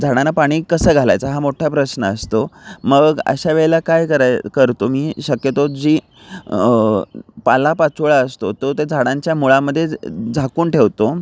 झाडांना पाणी कसं घालायचं हा मोठा प्रश्न असतो मग अशा वेळेला काय कराय करतो मी शक्यतो जो पालापाचोळा असतो तो त्या झाडांच्या मुळांमध्ये ज झाकून ठेवतो